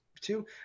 Two